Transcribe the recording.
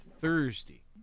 Thursday